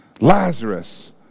Lazarus